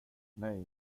nej